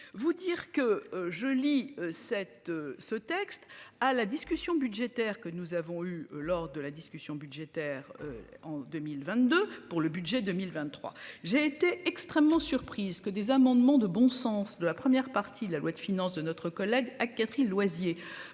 cette ce texte à la discussion budgétaire que nous avons eu lors de la discussion budgétaire. En 2022 pour le budget 2023. J'ai été extrêmement surprise que des amendements de bon sens de la première partie de la loi de finances de notre collègue à Catherine Loisier